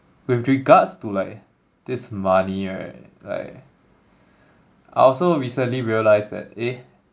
with regards to like this money right like I also recently realised that eh